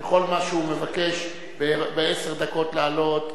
וכל מה שהוא מבקש בעשר דקות להעלות.